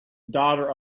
daughter